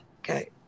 okay